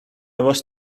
was